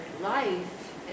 life